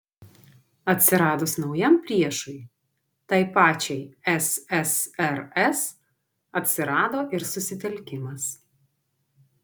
atsiradus naujam priešui tai pačiai ssrs atsirado ir susitelkimas